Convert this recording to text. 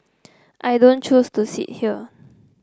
I don't choose to sit here